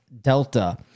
delta